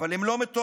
אבל הם לא מתואמים,